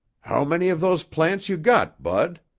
how many of those plants you got, bud?